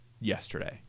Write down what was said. yesterday